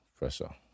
Pressure